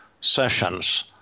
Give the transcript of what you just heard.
sessions